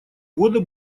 года